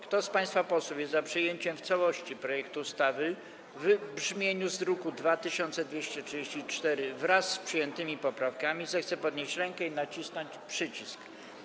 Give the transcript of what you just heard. Kto z państwa posłów jest za przyjęciem w całości projektu ustawy w brzmieniu z druku nr 2234, wraz z przyjętymi poprawkami, zechce podnieść rękę i nacisnąć przycisk.